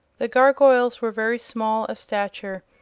the gargoyles were very small of stature,